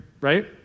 right